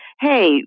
Hey